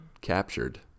captured